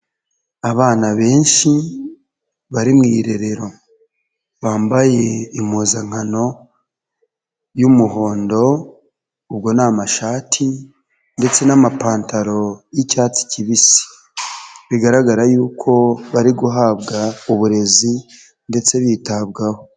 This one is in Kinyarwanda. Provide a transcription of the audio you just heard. Abana benshi bari mu irerero bambaye impuzankano y'umuhondo, ubwo ni amashati ndetse n'amapantaro y'icyatsi kibisi, bigaragara y'uko bari guhabwa uburezi ndetse bitabwaho.